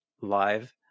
live